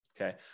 okay